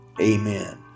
amen